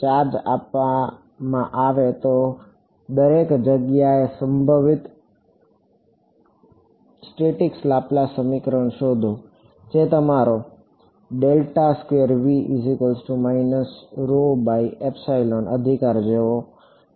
charge આપવામાં આવે તો દરેક જગ્યાએ સંભવિત સ્ટેટિક્સ લાપ્લાસ સમીકરણ શોધો જે તમારો અધિકાર હતો